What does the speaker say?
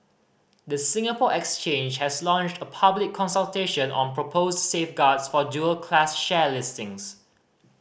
the Singapore Exchange has launched a public consultation on proposed safeguards for dual class share listings